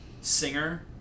singer